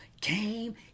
came